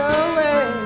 away